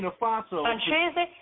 francese